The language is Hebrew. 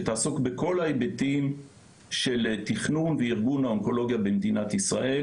שתעסוק בכל ההיבטים של תכנון וארגון האונקולוגיה במדינת ישראל,